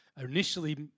initially